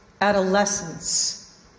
adolescence